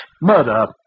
Murder